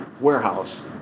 warehouse